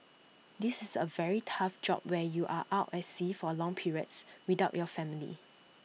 this is A very tough job where you are out at sea for long periods without your family